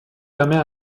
permet